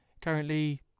Currently